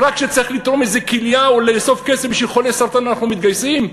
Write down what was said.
רק כשצריך לתרום כליה או לאסוף כסף בשביל חולי סרטן אנחנו מתגייסים?